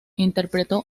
interpretó